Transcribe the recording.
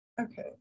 Okay